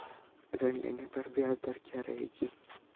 ऋण लेने पर ब्याज दर क्या रहेगी?